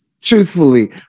Truthfully